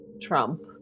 Trump